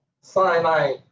Sinai